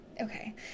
okay